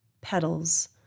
Petals